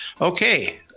Okay